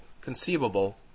conceivable